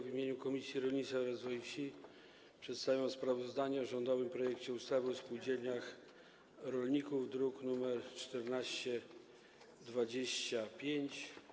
W imieniu Komisji Rolnictwa i Rozwoju Wsi przedstawiam sprawozdanie o rządowym projekcie ustawy o spółdzielniach rolników, druk nr 1425.